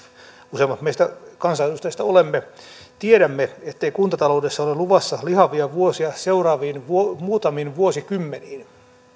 useimmat meistä kansanedustajista olemme tiedämme ettei kuntataloudessa ole luvassa lihavia vuosia seuraaviin muutamiin vuosikymmeniin